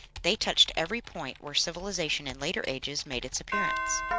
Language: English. they touched every point where civilization in later ages made its appearance.